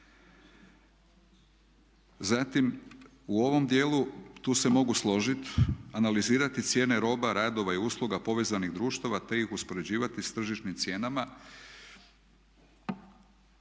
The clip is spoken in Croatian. Zatim u ovom dijelu tu se mogu složit, analizirat cijene roba, radova i usluga povezanih društava, te ih uspoređivati s tržišnim cijenama.